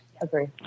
Agree